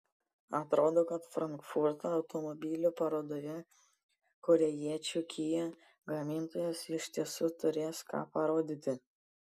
atrodo kad frankfurto automobilių parodoje korėjiečių kia gamintojas iš tiesų turės ką parodyti